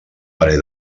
parell